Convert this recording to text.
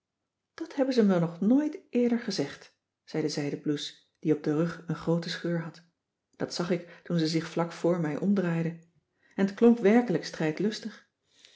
dat hebben ze me nog nooit eerder gezegd zei de zijden blouse die op den rug een groote scheur had dat zag ik toen ze zich vlak voor mij omdraaide en t klonk werkelijk strijdlustig